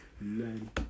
learn